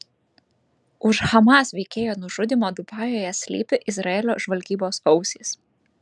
už hamas veikėjo nužudymo dubajuje slypi izraelio žvalgybos ausys